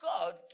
God